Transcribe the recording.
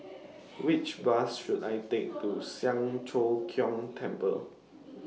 Which Bus should I Take to Siang Cho Keong Temple